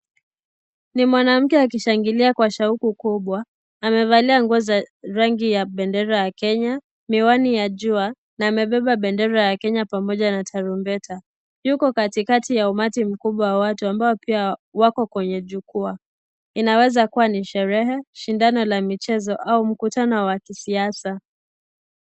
NI mwanamke akishangilia kwa sauti kubwa , amevalia nguo za rangi ya bendera ya Kenya ,miwani ya jua na amebeba bendera ya Kenya pamoja na tarumbeta, yuko katikati ya umati mkubwa wa watu ambao pia wako kwenye jukwaa . Inaweza kuwa ni sherehe , mashindano la mchezo au mkutano wa kisiasa .